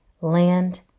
land